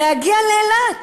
להגיע לאילת.